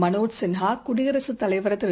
மனோஜ் சின்ஹாகுடியரசுத் தலைவர் திரு